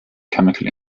chemical